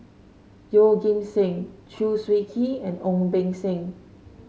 Yeoh Ghim Seng Chew Swee Kee and Ong Beng Seng